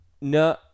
no